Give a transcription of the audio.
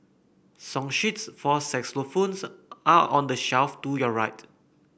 song sheets for xylophones are on the shelf to your right